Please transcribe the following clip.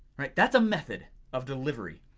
right that's a method of delivery.